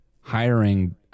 hiring